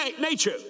nature